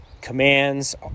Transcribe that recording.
commands